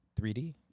3D